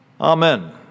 Amen